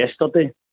yesterday